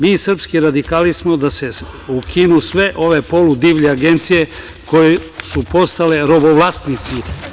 Mi srpski radikali smo za to da se ukinu sve ove poludivlje agencije koje su postale robovlasnici.